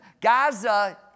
Gaza